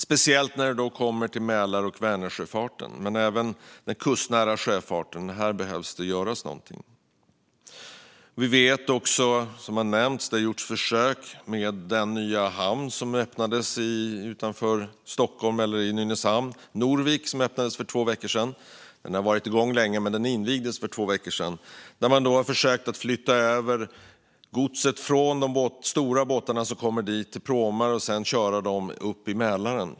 Det gäller speciellt Mälar och Vänersjöfarten men även den kustnära sjöfarten. Här behöver det göras någonting. Som också har nämnts har det gjorts försök med den nya hamn som öppnades utanför Stockholm, i Nynäshamn, för två veckor sedan - Norvik. Hamnen har varit igång länge, men den invigdes för två veckor sedan. Man har försökt att flytta över godset från de stora båtarna som kommer dit till pråmar och sedan köra dem upp i Mälaren.